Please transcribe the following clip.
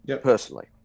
personally